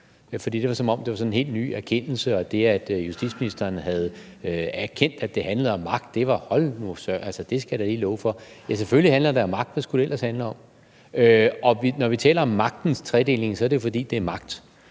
det var, som om det var sådan en helt ny erkendelse, og det, at justitsministeren havde erkendt, at det handlede om magt, var: Hold nu op – det skal jeg da lige love for. Ja, selvfølgelig handler det om magt, hvad skulle det ellers handle om? Når vi taler om magtens tredeling, er det jo, fordi det er magt